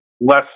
less